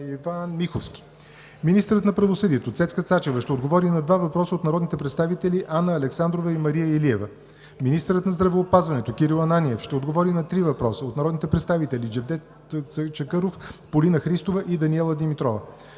Иван Миховски; - министърът на правосъдието Цецка Цачева ще отговори на два въпроса от народните представители Анна Александрова и Мария Илиева; - министърът на здравеопазването Кирил Ананиев ще отговори на три въпроса от народните представители Джевдет Чакъров, Полина Христова и Даниела Димитрова;